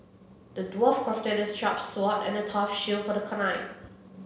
the dwarf crafted a sharp sword and a tough shield for the